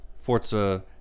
forza